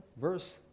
Verse